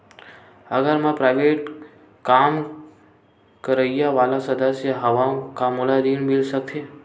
अगर मैं प्राइवेट काम करइया वाला सदस्य हावव का मोला ऋण मिल सकथे?